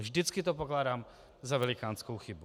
Vždycky to pokládám za velikánskou chybu.